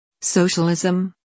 socialism